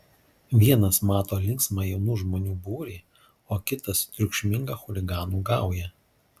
vienas mato linksmą jaunų žmonių būrį o kitas triukšmingą chuliganų gaują